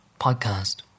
podcast